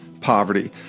poverty